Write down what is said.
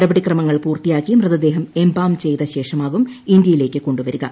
നടപടി ക്രമങ്ങൾ പൂർത്തിയാക്കി മൃതദേഹം എംബാം ചെയ്ത ശേഷമാകും ഇന്ത്യയിലേക്ക് കൊണ്ടുവരിക